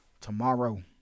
Tomorrow